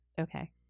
Okay